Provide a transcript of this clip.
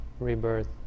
rebirth